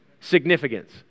Significance